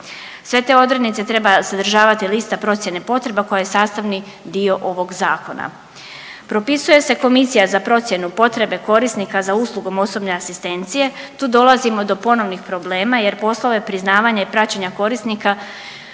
Sve te odrednice treba sadržavati lista procjene potreba koja je sastavni dio ovog zakona. Propisuje se Komisija za procjenu potrebe korisnika za uslugom osobne asistencije. Tu dolazimo do ponovnih problema, jer poslove priznavanja i praćenja korisnika